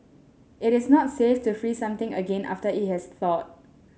it is not safe to freeze something again after it has thawed